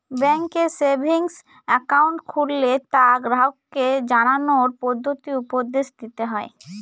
ব্যাঙ্কে savings account খুললে তা গ্রাহককে জানানোর পদ্ধতি উপদেশ দিতে হয়